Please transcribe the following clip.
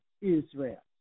Israel